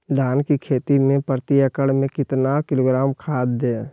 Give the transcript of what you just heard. धान की खेती में प्रति एकड़ में कितना किलोग्राम खाद दे?